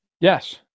Yes